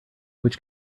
which